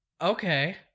Okay